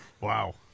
wow